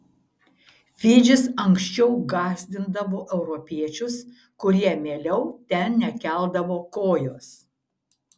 fidžis anksčiau gąsdindavo europiečius kurie mieliau ten nekeldavo kojos